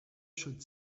should